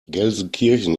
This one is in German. gelsenkirchen